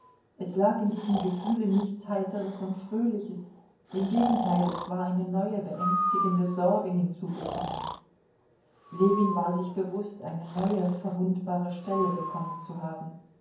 es lag in diesem gefühle nichts heiteres und fröhliches im gegenteil es war eine neue beängstigende sorge hinzugekommen ljewin war sich bewußt eine neue verwundbare stelle bekommen zu haben